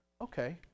Okay